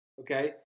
okay